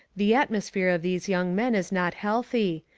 the atmosphere of these young men is not healthy,